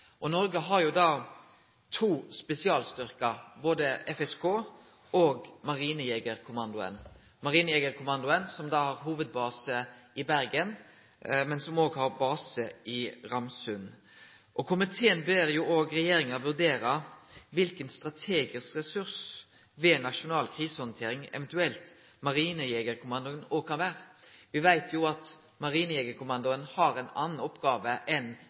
Noreg har to spesialstyrkar, både FSK og Marinejegerkommandoen. Marinejegerkommandoen har hovudbase i Bergen, men han har òg base i Ramsund. Komiteen ber òg regjeringa vurdere kva for ein strategisk ressurs Marinejegerkommandoen eventuelt kan vere ved ei nasjonal krisehandtering. Me veit at Marinejegerkommandoen